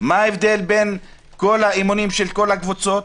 מה ההבדל בין כל האימונים של כל הקבוצות?